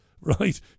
right